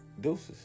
deuces